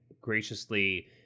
graciously